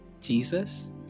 Jesus